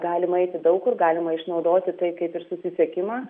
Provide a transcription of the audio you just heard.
galima eiti daug kur galima išnaudoti tai kaip ir susisiekimą